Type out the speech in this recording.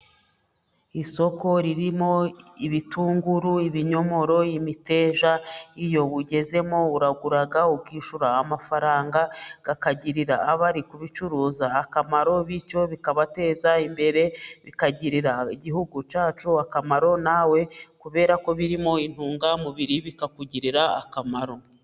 Isoko ririmo ibitunguru, ibinyomoro, imiteja, iyo ugezemo uragura ukishyura amafaranga, akagirira abari kubicuruza akamaro, bityo bikabateza imbere, bikagirira igihugu cyacu akamaro, nawe kubera ko birimo intungamubiri bikakugirira akamaro.